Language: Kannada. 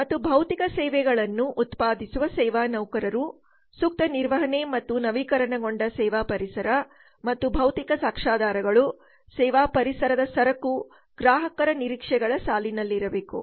ಮತ್ತು ಸೇವೆಗಳನ್ನು ಉತ್ಪಾದಿಸುವ ಸೇವಾ ನೌಕರರು ಸೂಕ್ತ ನಿರ್ವಹಣೆ ಮತ್ತು ನವೀಕರಣಗೊಂಡ ಸೇವಾ ಪರಿಸರ ಮತ್ತು ಭೌತಿಕ ಸಾಕ್ಷ್ಯಾಧಾರಗಳು ಸೇವೆ ಪರಿಸರದ ಸರಕು ಗ್ರಾಹಕರ ನಿರೀಕ್ಷೆಗಳ ಸಾಲಿನಲ್ಲಿರಬೇಕು